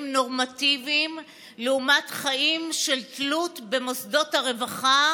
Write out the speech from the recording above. נורמטיביים לעומת חיים של תלות במוסדות הרווחה,